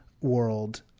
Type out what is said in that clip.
world